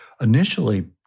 initially